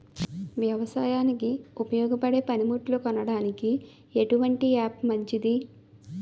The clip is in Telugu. వ్యవసాయానికి ఉపయోగపడే పనిముట్లు కొనడానికి ఎటువంటి యాప్ మంచిది?